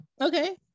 Okay